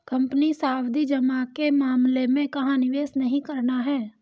Company सावधि जमा के मामले में कहाँ निवेश नहीं करना है?